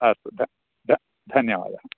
अस्तु ध ध धन्यवादः